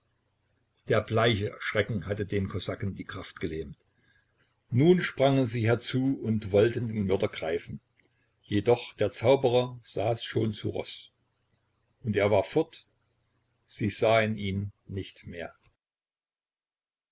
der bleiche schrecken hatte den kosaken die kraft gelähmt nun sprangen sie herzu und wollten den mörder greifen jedoch der zauberer saß schon zu roß und er war fort sie sahen ihn nicht mehr